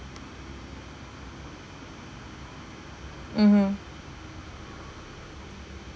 mmhmm